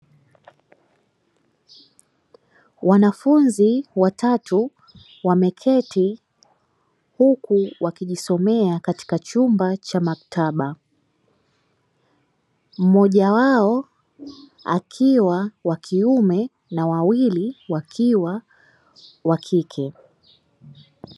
Wanafunzi watatu wameketi huku wakijisomea katika chumba cha maktaba, mmoja wao akiwa wa kiume na wawili wakiwa wa kike.